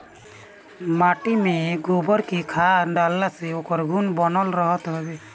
माटी में गोबर के खाद डालला से ओकर गुण बनल रहत हवे